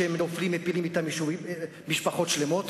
שכשהוא נופל הם הוא מפיל אתו משפחות שלמות.